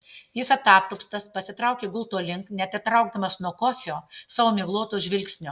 jis atatupstas pasitraukė gulto link neatitraukdamas nuo kofio savo migloto žvilgsnio